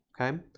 okay